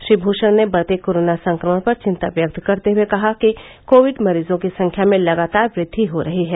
श्री भूषण ने बढते कोरोना संक्रमण पर चिंता व्यक्त करते हुए कहा कि कोविड मरीजों की संख्या में लगातार वृद्वि हो रही है